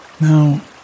Now